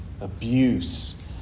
abuse